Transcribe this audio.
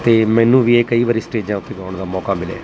ਅਤੇ ਮੈਨੂੰ ਵੀ ਇਹ ਕਈ ਵਾਰੀ ਸਟੇਜਾਂ ਉੱਤੇ ਗਾਉਣ ਦਾ ਮੌਕਾ ਮਿਲਿਆ